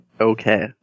Okay